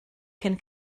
cyn